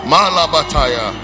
Malabataya